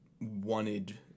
wanted